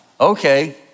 okay